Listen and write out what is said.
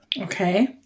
Okay